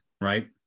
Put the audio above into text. Right